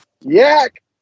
Yak